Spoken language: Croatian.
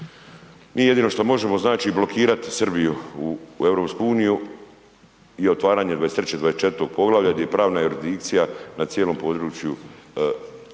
Mi jedino što možemo, znači blokirati Srbiju u EU i otvaranje 23. i 24. poglavlja gdje je pravna jurisdikcija na cijelom području bivše